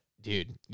dude